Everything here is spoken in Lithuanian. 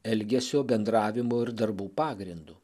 elgesio bendravimo ir darbų pagrindu